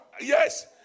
yes